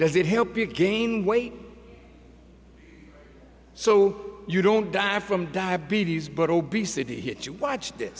does it help you gain weight so you don't die from diabetes but obesity hit you watch